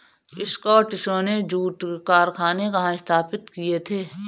स्कॉटिशों ने जूट कारखाने कहाँ स्थापित किए थे?